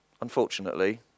unfortunately